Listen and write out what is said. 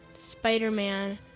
Spider-Man